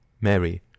Mary